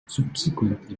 subsequently